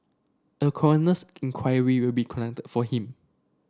a coroner's inquiry will be conducted for him